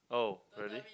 oh really